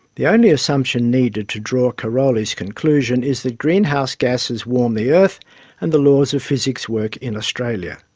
the only assumption needed to draw karoly's conclusion is that greenhouse gases warm the earth and the laws of physics work in australia.